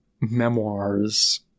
memoirs